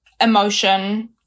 emotion